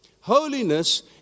Holiness